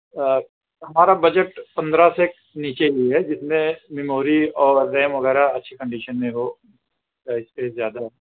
آ ہمارا بجٹ پندرہ سے نیچے ہی ہے جس میں میموری اور ریم وغیرہ اچھی کنڈیشن میں ہو بیٹری زیادہ